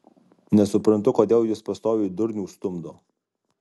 nesuprantu kodėl jis pastoviai durnių stumdo